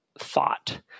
thought